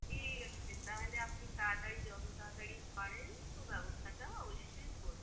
ঠিক আছে তাহালে আপনি তাড়াতাড়ি যতো তাড়াতাড়ি পারেন একটু ব্যবস্থাটা অবশ্যই করবেন